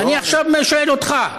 אני עכשיו שואל אותך.